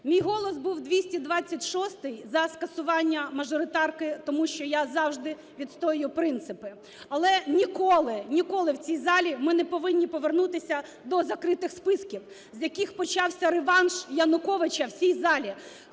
Мій голос був 226-й за скасування мажоритарки, тому що я завжди відстоюю принципи, але ніколи, ніколи в цій залі ми не повинні повернутися до закритих списків, з яких почався реванш Януковича в цій залі.